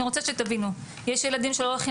אני רוצה שתבינו יש ילדים שלא הולכים